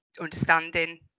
understanding